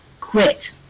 quit